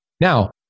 Now